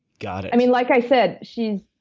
got it. i mean, like i said, she's